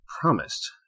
promised